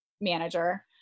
manager